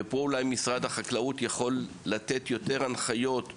פה, אולי, משרד החקלאות יכול לתת יותר הנחיות,